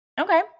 Okay